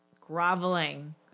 Groveling